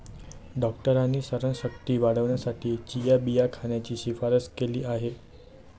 डॉक्टरांनी स्मरणशक्ती वाढवण्यासाठी चिया बिया खाण्याची शिफारस केली आहे